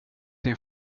din